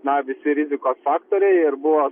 na visi rizikos faktoriai ir buvo